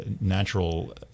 natural